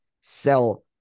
sell